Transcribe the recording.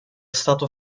stato